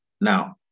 Now